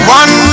one